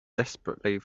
desperately